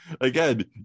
again